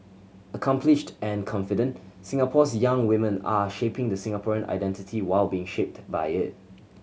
accomplished and confident Singapore's young women are shaping the Singaporean identity while being shaped by it